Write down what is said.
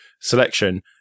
selection